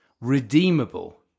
redeemable